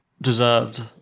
deserved